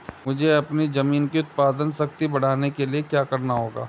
मुझे अपनी ज़मीन की उत्पादन शक्ति बढ़ाने के लिए क्या करना होगा?